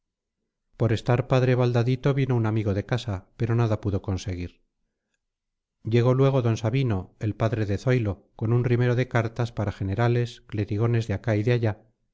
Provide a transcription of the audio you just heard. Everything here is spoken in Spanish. por estar padre baldadito vino un amigo de casa pero nada pudo conseguir llegó luego d sabino el padre de zoilo con un rimero de cartas para generales clerigones de acá y de allá